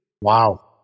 Wow